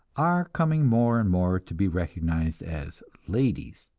are coming more and more to be recognized as ladies,